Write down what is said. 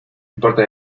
importa